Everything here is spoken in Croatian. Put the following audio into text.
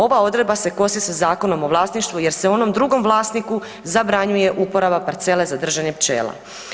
Ova odredba se kosi sa Zakonom o vlasništvu jer se onom drugom vlasniku zabranjuje uporaba parcele za držanje pčela.